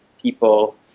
people